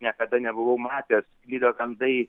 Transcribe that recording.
niekada nebuvau matęs sklido gandai